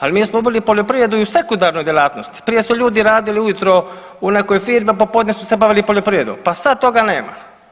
Ali mi smo ubili poljoprivredu i u sekundarnoj djelatnosti, prije su ljudi radili ujutro u nekoj firmi, popodne su se bavili poljoprivredom, pa sad toga nema.